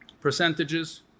percentages